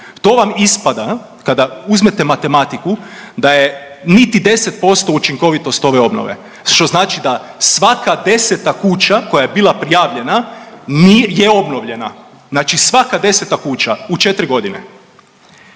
To vam ispada kada uzmete matematiku da je niti 10% učinkovitost ove obnove što znači da svaka deseta kuća koja je bila prijavljena ni… je obnovljena. Znači svaka deseta kuća u 4 godine.